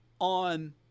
on